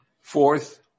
Fourth